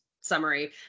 summary